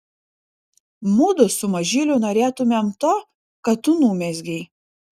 mudu su mažyliu norėtumėm to ką tu numezgei